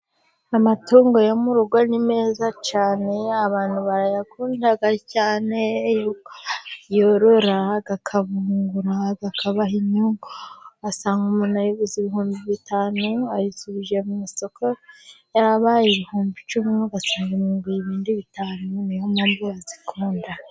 Amatungo yo mu rugo ni meza cyane abantu barayakunda cyane, kuko bayorora akabungura akabaha inyungu, ugasanga umuntu ayiguze ibihumbi bitanu ayisubije mu masoko yarabaye ibihumbi icumi, ugasanga imwunguye ibindi bitanu ni yo mpamvu bazikunda.